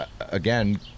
again